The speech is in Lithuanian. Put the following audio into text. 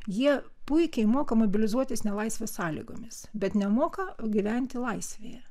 jie puikiai moka mobilizuotis nelaisvės sąlygomis bet nemoka gyventi laisvėje